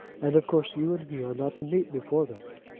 and, of course, you and he are not to meet before that.